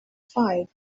five